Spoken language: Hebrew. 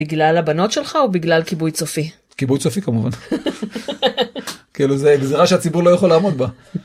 בגלל הבנות שלך או בגלל כיבוי צופי? כיבוי צופי כמובן, כאילו זה גזרה שהציבור לא יכול לעמוד בה.